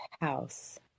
house